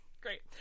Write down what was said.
Great